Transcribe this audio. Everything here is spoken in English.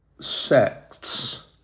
sects